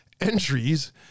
entries